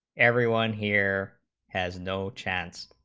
everyone here has no chance